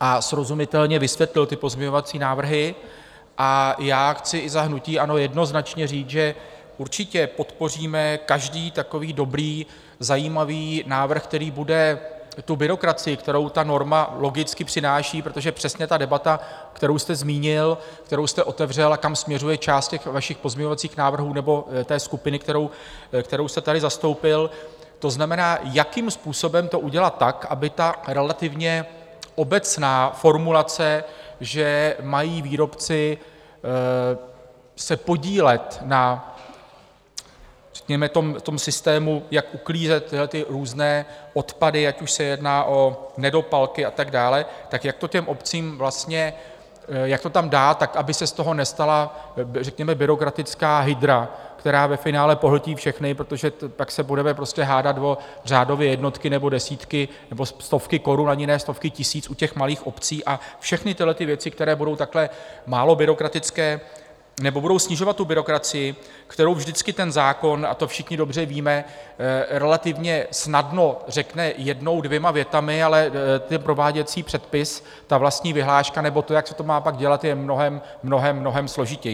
a srozumitelně vysvětlil ty pozměňovací návrhy, a já chci i za hnutí ANO jednoznačně říct, že určitě podpoříme každý takový dobrý zajímavý návrh, který bude byrokracii, kterou ta norma logicky přináší protože přesně ta debata, kterou jste zmínil, kterou jste otevřel a kam směřuje část vašich pozměňovacích návrhů nebo té skupiny, kterou jste tady zastoupil to znamená, jakým způsobem to udělat tak, aby ta relativně obecná formulace, že mají výrobci se podílet na řekněme systému, jak uklízet tyhlety různé odpady, ať už se jedná o nedopalky a tak dále, tak jak to těm obcím vlastně jak to tam dát, tak aby se z toho nestala řekněme byrokratická hydra, která ve finále pohltí všechny, protože pak se budeme prostě hádat o řádově jednotky nebo desítky nebo stovky korun, ani ne stovky tisíc u těch malých obcí, a všechny tyhlety věci, které budou takhle málo byrokratické nebo budou snižovat tu byrokracii, kterou vždycky ten zákon a to všichni dobře víme relativně snadno řekne jednou, dvěma větami, ale prováděcí předpis, vlastní vyhláška nebo to, jak se to má pak dělat, je mnohem, mnohem, mnohem složitější.